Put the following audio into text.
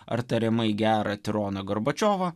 ar tariamai gerą tironą gorbačiovą